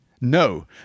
No